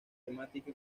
temática